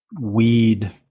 weed